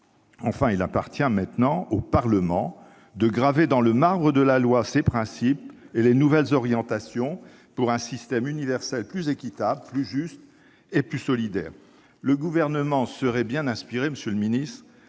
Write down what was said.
actuel. Il appartient maintenant au Parlement de graver dans le marbre de la loi ces principes et les nouvelles orientations pour un système universel plus équitable, plus juste et plus solidaire. Le Gouvernement serait bien inspiré, après avoir